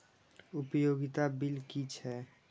उपयोगिता बिल कि छै?